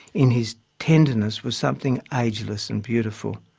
in his tenderness was something ageless and beautiful.